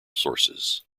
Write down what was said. sources